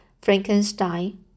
Frankenstein